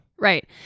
right